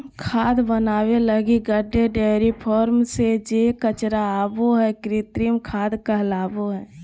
खाद बनाबे लगी गड्डे, डेयरी फार्म से जे कचरा आबो हइ, कृमि खाद कहलाबो हइ